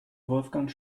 wolfgang